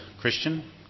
Christian